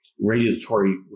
regulatory